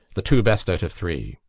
the two best out of three.